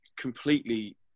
completely